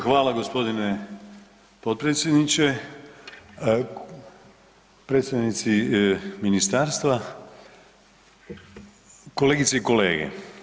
Hvala g. potpredsjedniče, predsjednici ministarstva, kolegice i kolege.